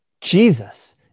Jesus